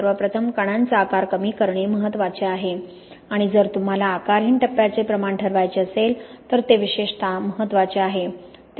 सर्वप्रथम कणांचा आकार कमी करणे महत्वाचे आहे आणि जर तुम्हाला आकारहीन टप्प्याचे प्रमाण ठरवायचे असेल तर ते विशेषतः महत्वाचे आहे